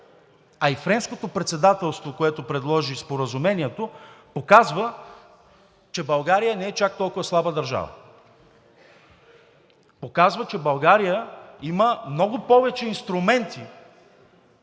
а и Френското председателство, което предложи споразумението, показва, че България не е чак толкова слаба държава; показва, че България има много повече инструменти